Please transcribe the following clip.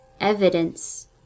evidence